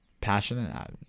passionate